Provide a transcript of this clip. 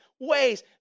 ways